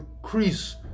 increase